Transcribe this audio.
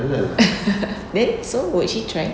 then so would she try